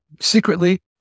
secretly